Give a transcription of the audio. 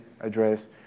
address